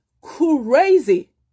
crazy